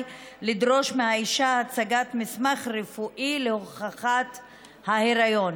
לדרוש מהאישה הצגת מסמך רפואי להוכחת ההיריון.